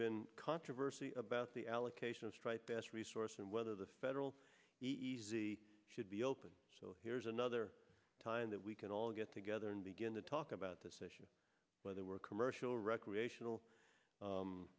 been controversy about the allocation of stright best resource and whether the federal easy should be open so here's another time that we can all get together and begin to talk about this issue whether we're a commercial recreational